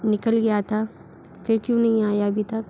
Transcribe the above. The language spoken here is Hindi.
निकल गया था फिर क्यों नहीं आया अभी तक